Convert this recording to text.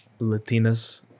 Latinas